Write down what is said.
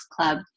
club